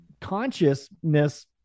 consciousness